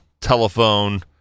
telephone